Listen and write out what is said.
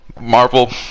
Marvel